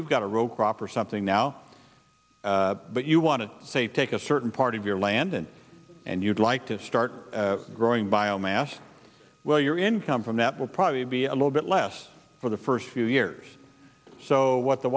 you've got a row crop or something now but you want to say take a certain part of your land and and you'd like to start growing biomass well your income from that will probably be a little bit less for the first few years so what the